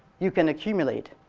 you can accumulate.